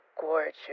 gorgeous